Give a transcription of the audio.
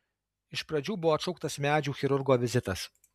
iš pradžių buvo atšauktas medžių chirurgo vizitas